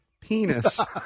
penis